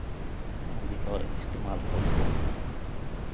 इत्यादि का इस्तेमाल करते हैं